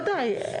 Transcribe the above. ודאי.